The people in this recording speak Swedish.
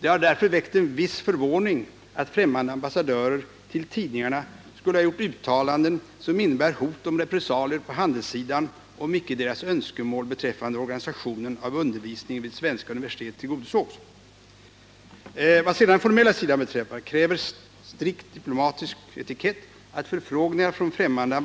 Det har därför väckt en viss förvåning att främmande ambassadörer till tidningarna skulle ha gjort uttalanden, som innebär hot om repressalier på handelssidan, om icke deras önskemål beträffande organisationen av undervisningen vid svenska universitet tillgo Vad sedan den formella sidan beträffar kräver strikt diplomatisk etikett att förfrågningar från främmande